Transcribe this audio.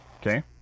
Okay